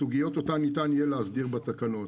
סוגיות אותן ניתן יהיה להסדיר בתקנון.